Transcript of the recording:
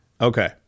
Okay